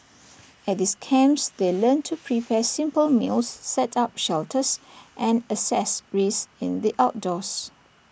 at these camps they learn to prepare simple meals set up shelters and assess risks in the outdoors